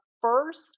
first